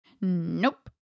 Nope